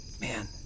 Man